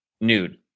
nude